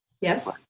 Yes